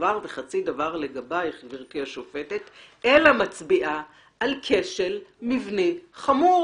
דבר וחצי דבר לגבייך גבירתי השופטת אלא מצביעה על כשל מבני חמור".